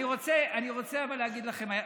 אני רוצה להגיד לכם,